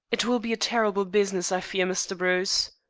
it will be a terrible business, i fear, mr. bruce.